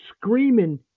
screaming